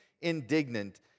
indignant